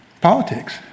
politics